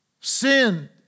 Sin